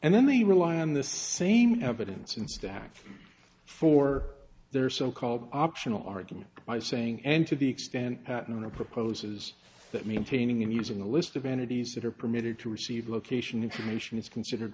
and then they rely on the same evidence and stack for their so called optional argument by saying and to the extent that no proposes that maintaining and using the list of entities that are permitted to receive location information is considered